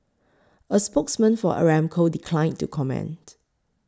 a spokesman for Aramco declined to comment